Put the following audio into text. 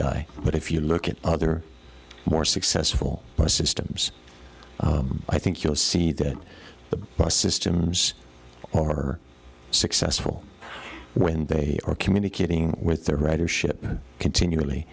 guy but if you look at other more successful bus systems i think you'll see that the bus systems or are successful when they are communicating with the writer ship continually